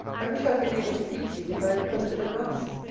i wish i had been able to please you with my requested advice.